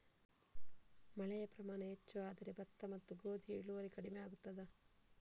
ಮಳೆಯ ಪ್ರಮಾಣ ಹೆಚ್ಚು ಆದರೆ ಭತ್ತ ಮತ್ತು ಗೋಧಿಯ ಇಳುವರಿ ಕಡಿಮೆ ಆಗುತ್ತದಾ?